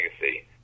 Legacy